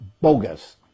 bogus